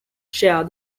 share